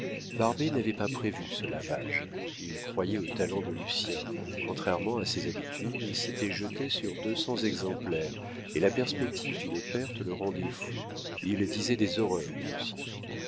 barbet n'avait pas prévu ce lavage il croyait au talent de lucien contrairement à ses habitudes il s'était jeté sur deux cents exemplaires et la perspective d'une perte le rendait fou il disait des horreurs de lucien